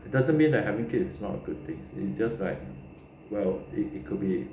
doesn't mean that having kid is not a good thing you just like well it could be